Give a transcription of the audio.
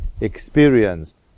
experienced